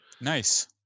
Nice